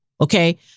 Okay